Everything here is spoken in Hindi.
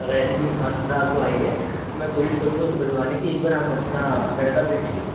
राइस की कुछ असुविधा आपको आई है मैं कोशिश करूंगा उसको बदलवाने की एक बार हम अपना लड़का भेज कर